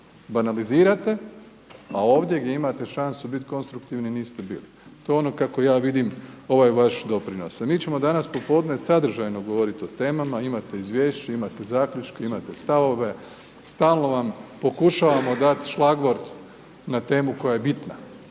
Banalizirate, a ovdje gdje imate šansu konstruktivni, niste bili. To je ono kako ja vidim ovaj vaš doprinos. A mi ćemo danas popodne sadržajno govoriti o temama, imate izvješće, imate zaključke, imate stavove, stalno vam pokušavamo dati šlagort na temu koja je bitna.